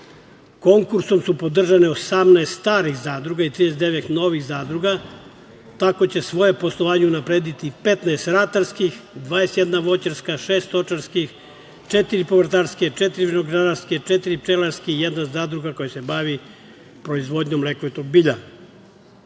Konkursom su podržane 18 starih zadruga i 39 novih zadruga, tako će svoje poslovanje unaprediti 15 ratarskih, 21 voćarska, šest stočarskih, četiri povrtarske, četiri vinogradarske, četiri pčelarske i jedna zadruga koja se bavi proizvodnjom lekovitog bilja. Kroz